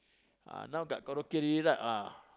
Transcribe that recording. ah now got karaoke already right ah